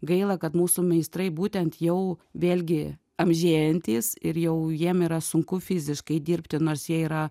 gaila kad mūsų meistrai būtent jau vėlgi amžėjantys ir jau jiem yra sunku fiziškai dirbti nors jie yra